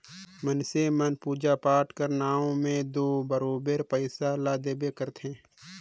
मइनसे मन पूजा पाठ कर नांव में दो बरोबेर पइसा ल देबे करथे